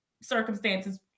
circumstances